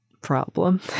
problem